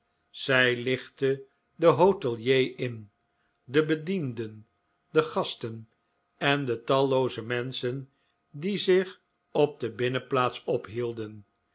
zij lichtte den hotelier in de bedienden de gasten en de tallooze menschen die zich op de binnenplaats ophielden